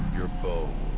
your bow.